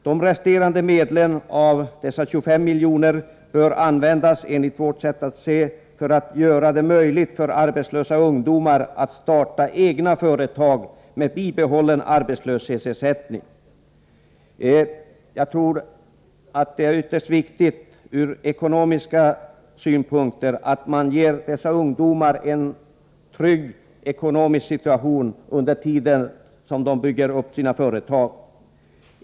De resterande medlen av dessa 25 miljoner bör användas, enligt vårt sätt att se ,till att göra det möjligt för arbetslösa ungdomar att starta egna företag med bibehållen arbetslöshetsersättning. Jag tror att det är ytterst viktigt ur ekonomiska synpunkter att man ger dessa ungdomar en trygg ekonomisk situation under den tid då de bygger upp sina företag.